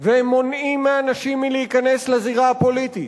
והם מונעים אנשים מלהיכנס לזירה הפוליטית,